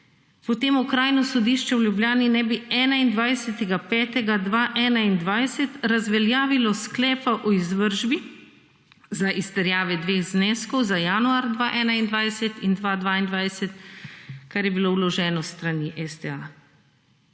potem Okrajno sodišče v Ljubljani ne bi, 21. maja 2021, razveljavilo sklepa o izvršbi, za izterjave dveh zneskov za januar 2021 in 2022, kar je bilo vloženo s strani STA.